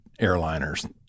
airliners